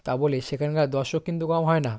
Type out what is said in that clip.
তা বলে সেখানকার দর্শক কিন্তু কম হয় না